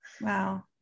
wow